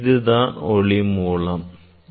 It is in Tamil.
இதுதான் ஒளி மூலமாகும்